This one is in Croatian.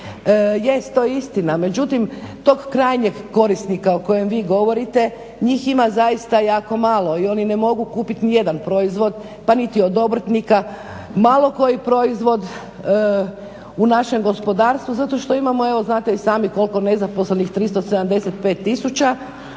Jest to je istina, međutim tog krajnjeg korisnika o kojem vi govorite njih ima zaista jako malo i oni ne mogu kupiti nijedan proizvod pa niti od obrtnika. Malo koji proizvod u našem gospodarstvu, zato što imamo znate i sami koliko nezaposlenih 375 tisuća,